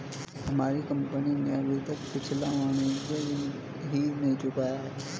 हमारी कंपनी ने अभी तक पिछला वाणिज्यिक ऋण ही नहीं चुकाया है